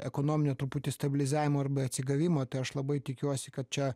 ekonominio truputį stabilizavimo arba atsigavimo tai aš labai tikiuosi kad čia